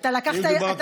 אם דיברת על ראש הממשלה.